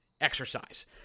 exercise